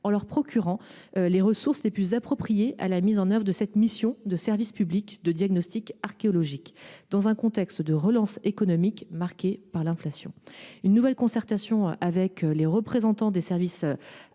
en leur procurant les ressources les plus appropriées à la mise en œuvre de cette mission de service public de diagnostic archéologique dans un contexte de relance économique marqué par l’inflation. Une nouvelle concertation avec les représentants des services habilités